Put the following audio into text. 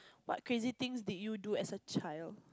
what crazy things did you do as a child